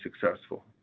successful